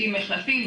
יודעים איך להפעיל,